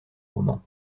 roman